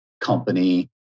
company